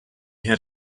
had